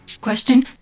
Question